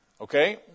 Okay